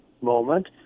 moment